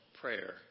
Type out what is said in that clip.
Prayer